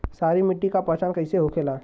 सारी मिट्टी का पहचान कैसे होखेला?